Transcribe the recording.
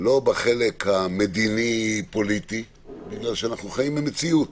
לא בחלק המדיני פוליטי כי אנחנו חיים במציאות